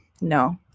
No